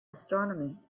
astronomy